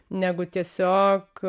negu tiesiog